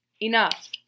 Enough